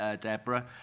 Deborah